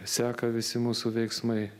seka visi mūsų veiksmai